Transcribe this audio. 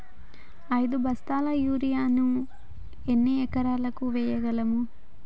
ఐదు బస్తాల యూరియా ను ఎన్ని ఎకరాలకు వేయగలము?